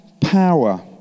power